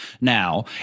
now